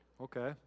okay